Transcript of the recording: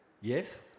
Yes